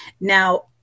Now